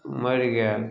मरि गेल